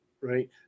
right